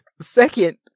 Second